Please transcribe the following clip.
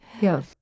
Yes